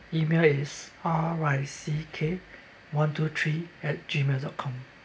email is R I C K one two three at gmail dot com